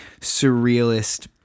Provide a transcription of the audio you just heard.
surrealist